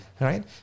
Right